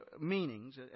meanings